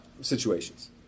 situations